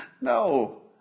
No